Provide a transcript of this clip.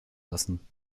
lassen